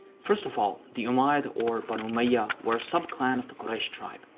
first of all, the umayyad or banu umayyah were a subclan of the quraysh tribe,